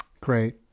Great